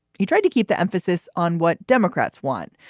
he tried to keep the emphasis on what democrats want,